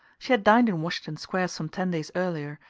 she had dined in washington square some ten days earlier,